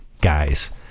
guys